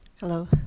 Hello